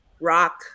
rock